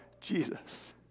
Jesus